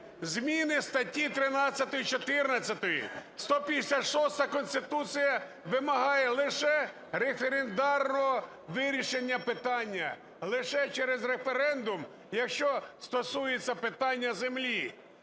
зміни в статті 13, 14. 156-а Конституції вимагає лише референдарного вирішення питання, лише через референдум, якщо стосується питання землі.